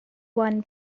one